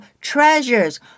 treasures